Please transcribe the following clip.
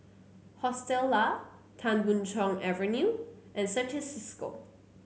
Hostel Lah Tan Boon Chong Avenue and Certis Cisco